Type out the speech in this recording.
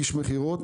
איש מכירות,